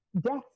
death